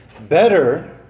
better